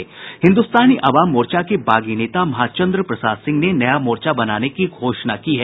हिन्दुस्तानी अवाम मोर्चा के बागी नेता महाचन्द्र प्रसाद सिंह ने नया मोर्चा बनाने की घोषणा की है